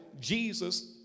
Jesus